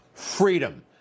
Freedom